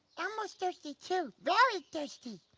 elmo's thirsty too, very thirsty.